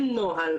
כמו שאמרתי,